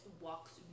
walks